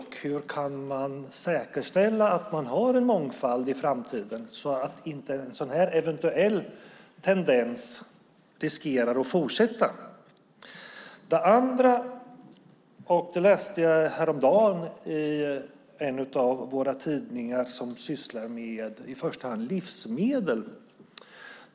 Hur kan man säkerställa att det finns mångfald i framtiden så att inte en sådan här eventuell tendens riskerar att fortsätta? Det andra läste jag häromdagen i en av våra tidningar som sysslar med i första hand livsmedel.